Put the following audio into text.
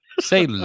Say